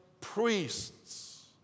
priests